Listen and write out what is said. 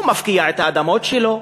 הוא מפקיע את האדמות שלו,